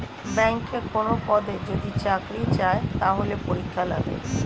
ব্যাংকে কোনো পদে যদি চাকরি চায়, তাহলে পরীক্ষা লাগে